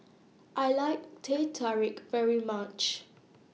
I like Teh Tarik very much